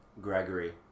Gregory